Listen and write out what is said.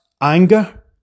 anger